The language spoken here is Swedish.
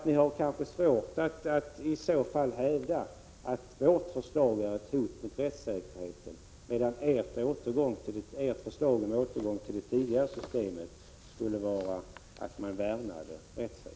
Ni har svårt att hävda att vårt förslag är ett hot mot rättssäkerheten och att ert förslag om en återgång till ett tidigare system skulle vara att värna rättssäkerheten.